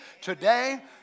today